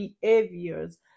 behaviors